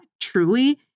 truly